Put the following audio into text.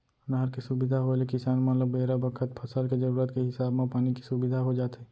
नहर के सुबिधा होय ले किसान मन ल बेरा बखत फसल के जरूरत के हिसाब म पानी के सुबिधा हो जाथे